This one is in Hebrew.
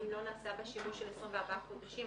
אם לא נעשה בה שימוש של 24 חודשים.